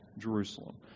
Jerusalem